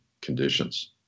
conditions